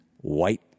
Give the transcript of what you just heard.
white